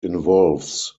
involves